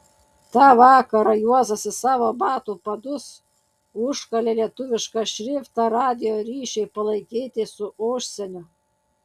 tą vakarą juozas į savo batų padus užkalė lietuvišką šriftą radijo ryšiui palaikyti su užsieniu